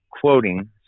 quoting